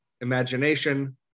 imagination